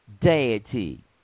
deity